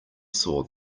saw